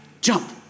jump